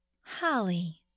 Holly